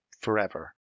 forever